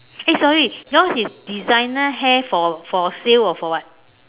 eh sorry yours is designer hair for for sale or for what